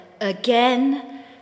again